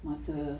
masa